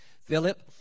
philip